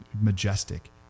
majestic